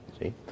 see